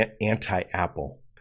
anti-Apple